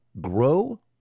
grow